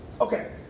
Okay